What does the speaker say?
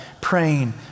praying